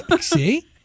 See